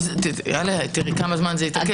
תראי כמה זמן זה התעכב.